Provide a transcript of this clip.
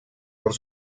por